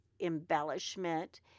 embellishment